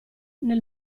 nel